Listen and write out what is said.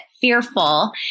fearful